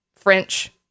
French